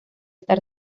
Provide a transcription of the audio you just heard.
estar